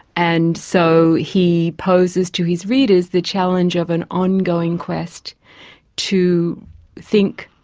and so he poses to his readers the challenge of an ongoing quest to think,